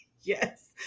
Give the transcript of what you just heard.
yes